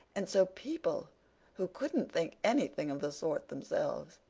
and so people who couldn't think anything of the sort themselves,